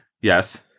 Yes